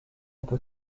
peut